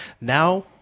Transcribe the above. now